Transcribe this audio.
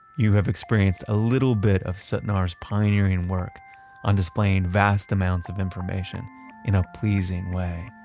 you have experienced a little bit of sutnar's pioneering work on displaying vast amounts of information in a pleasing way.